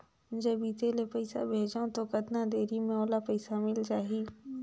जब इत्ते ले पइसा भेजवं तो कतना देरी मे ओला पइसा मिल जाही?